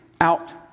out